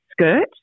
skirt